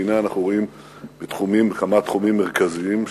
והנה אנחנו רואים בכמה תחומים מרכזיים,